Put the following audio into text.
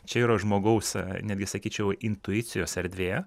čia yra žmogaus netgi sakyčiau intuicijos erdvė